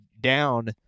down